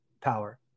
power